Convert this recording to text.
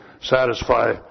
satisfy